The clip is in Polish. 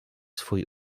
swój